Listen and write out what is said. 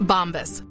Bombas